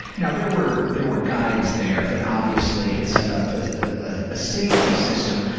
now, there were there were guides there that obviously had set up a safety system,